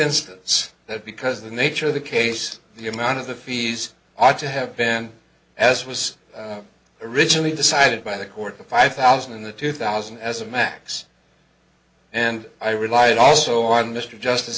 instance that because of the nature of the case the amount of the fees ought to have been as was originally decided by the court the five thousand and the two thousand as a max and i relied also on mr justice